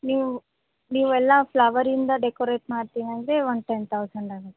ನೀವು ನೀವೆಲ್ಲ ಫ್ಲವರಿಂದ ಡೆಕೋರೇಟ್ ಮಾಡ್ತೀನಿ ಅಂದರೆ ಒಂದು ಟೆನ್ ತೌಸಂಡ್ ಆಗುತ್ತೆ